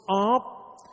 up